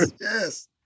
yes